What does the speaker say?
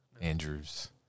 Andrews